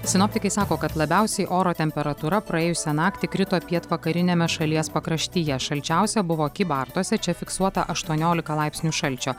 sinoptikai sako kad labiausiai oro temperatūra praėjusią naktį krito pietvakariniame šalies pakraštyje šalčiausia buvo kybartuose čia fiksuota aštuoniolika laipsnių šalčio